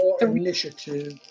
initiative